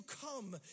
come